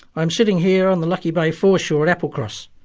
i'm sitting here on the lucky bay foreshore at applecross.